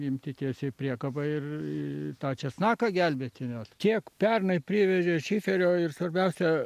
imti tiesiai į priekabą ir tą česnaką gelbėti kiek pernai privežė šiferio ir svarbiausia